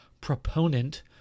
proponent